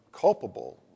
culpable